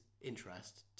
interest